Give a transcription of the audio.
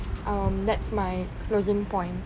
um next my closing point